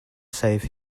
save